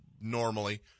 normally